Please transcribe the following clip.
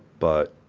but